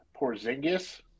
Porzingis